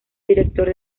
director